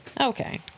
Okay